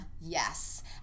yes